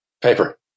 Paper